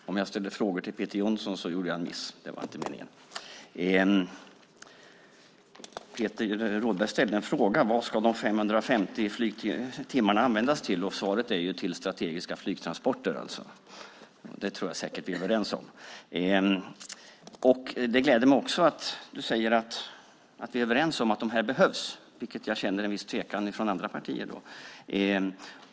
Fru talman! Om jag ställde frågor till Peter Jonsson gjorde jag en miss eftersom han inte hade rätt till fler repliker. Det var inte meningen. Peter Rådberg ställde en fråga. Vad ska de 550 flygtimmarna användas till? Svaret är: till strategiska flygtransporter. Det tror jag säkert att vi är överens om. Det gläder mig också att du säger att vi är överens om att de här behövs. Jag känner en viss tvekan om det från andra partier.